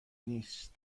نیست